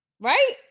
right